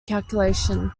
calculation